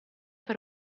per